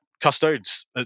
Custodes